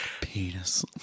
penis